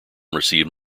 received